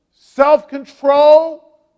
self-control